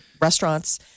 restaurants